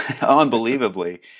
unbelievably